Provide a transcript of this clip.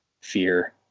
fear